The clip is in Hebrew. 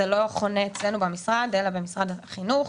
זה לא חונה אצלנו במשרד אלא במשרד החינוך.